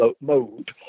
mode